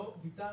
לשאלתך,